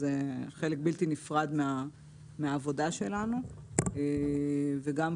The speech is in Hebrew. זה חלק בלתי נפרד מהעבודה שלנו וגם כאן